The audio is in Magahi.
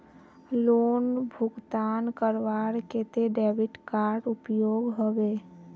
लोन भुगतान करवार केते डेबिट कार्ड उपयोग होबे?